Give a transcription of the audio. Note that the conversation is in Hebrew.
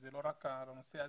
זה לא רק על הנושא הזה,